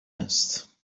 است